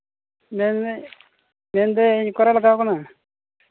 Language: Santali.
ᱢᱮᱱᱫᱟᱹᱧ ᱢᱮᱱᱫᱟᱹᱧ ᱚᱠᱟᱨᱮ ᱞᱟᱜᱟᱣ ᱟᱠᱟᱱᱟ